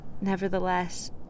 Nevertheless